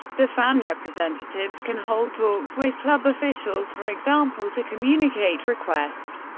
the fan representatives can hold talks with club officials, for example, to communicate requests,